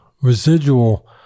residual